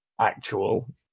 actual